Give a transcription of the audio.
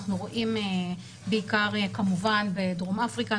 אנחנו רואים כמובן בדרום אפריקה,